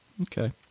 Okay